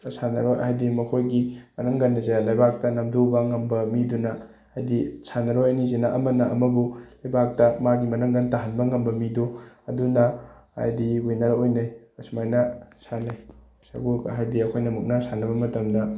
ꯁꯥꯟꯅꯔꯣꯏ ꯍꯥꯏꯗꯤ ꯃꯈꯣꯏꯒꯤ ꯃꯅꯪꯒꯟ ꯑꯁꯦ ꯂꯩꯕꯥꯛꯇ ꯅꯝꯊꯨꯕ ꯉꯝꯕ ꯃꯤꯗꯨꯅ ꯍꯥꯏꯗꯤ ꯁꯥꯟꯅꯔꯣꯏ ꯑꯅꯤꯁꯤꯅ ꯑꯃꯅ ꯑꯃꯕꯨ ꯂꯩꯕꯥꯛꯇ ꯃꯥꯒꯤ ꯃꯅꯪꯒꯟ ꯇꯥꯍꯟꯕ ꯉꯝꯕ ꯃꯤꯗꯨ ꯑꯗꯨꯅ ꯍꯥꯏꯗꯤ ꯋꯤꯅꯔ ꯑꯣꯏꯅꯩ ꯑꯁꯨꯃꯥꯏꯅ ꯁꯥꯟꯅꯩ ꯁꯒꯣꯜ ꯍꯥꯏꯗꯤ ꯑꯩꯈꯣꯏꯅ ꯃꯨꯛꯅꯥ ꯁꯥꯟꯅꯕ ꯃꯇꯝꯗ